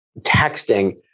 texting